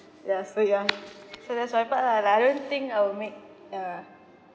ya so ya so that's my part lah I don't think I'll make a